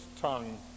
tongue